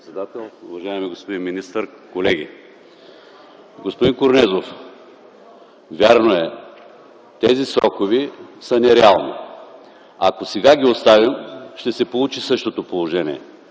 уважаеми господин министър, колеги! Господин Корнезов, вярно е – тези срокове са нереални. Ако сега ги оставим, ще се получи същото положение.